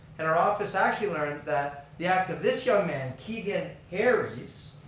and our office actually learned that the act of this young man keegan harries.